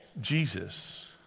Jesus